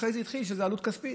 יש לזה עלות כספית.